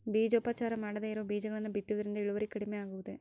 ಬೇಜೋಪಚಾರ ಮಾಡದೇ ಇರೋ ಬೇಜಗಳನ್ನು ಬಿತ್ತುವುದರಿಂದ ಇಳುವರಿ ಕಡಿಮೆ ಆಗುವುದೇ?